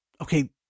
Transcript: okay